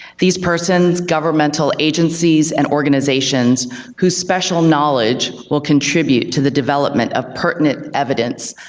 these persons, governmental agencies, and organizations whose special knowledge will contribute to the development of pertinent evidence,